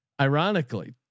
Ironically